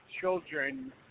children